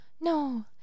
No